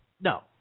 No